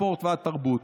מספורט ועד תרבות.